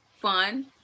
fun